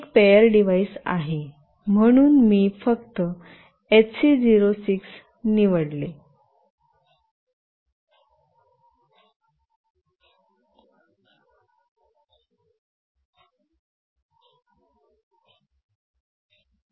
हे एक pair device आहे म्हणून मी फक्त एचसी 06 निवडले